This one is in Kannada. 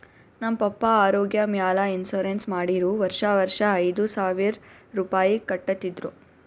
ನಮ್ ಪಪ್ಪಾ ಆರೋಗ್ಯ ಮ್ಯಾಲ ಇನ್ಸೂರೆನ್ಸ್ ಮಾಡಿರು ವರ್ಷಾ ವರ್ಷಾ ಐಯ್ದ ಸಾವಿರ್ ರುಪಾಯಿ ಕಟ್ಟತಿದ್ರು